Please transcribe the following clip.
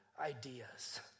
ideas